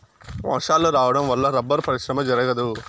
వర్షాలు రావడం వల్ల రబ్బరు పరిశ్రమ జరగదు